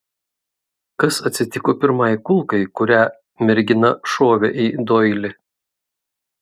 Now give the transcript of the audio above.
kas atsitiko pirmai kulkai kurią mergina šovė į doilį